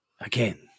Again